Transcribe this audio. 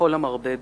לכל המרבה במחיר.